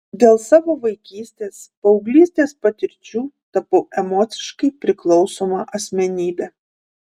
dėl savo vaikystės paauglystės patirčių tapau emociškai priklausoma asmenybe